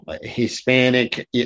Hispanic